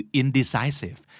indecisive